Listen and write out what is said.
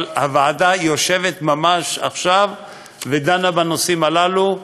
אבל הוועדה יושבת ממש עכשיו ודנה בנושאים הללו,